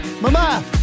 mama